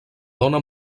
dóna